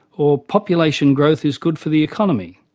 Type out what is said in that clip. or population growth is good for the economy.